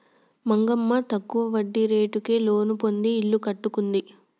మంగమ్మ తక్కువ వడ్డీ రేటుకే లోను పొంది ఇల్లు కట్టుకుంది